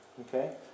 Okay